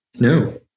No